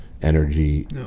energy